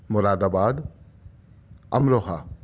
مُراد آباد امروہہ